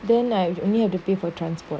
then I only have to pay for transport